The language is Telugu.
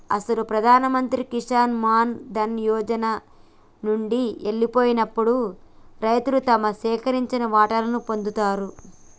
అసలు ప్రధాన మంత్రి కిసాన్ మాన్ ధన్ యోజన నండి ఎల్లిపోయినప్పుడు రైతు తను సేకరించిన వాటాను పొందుతాడు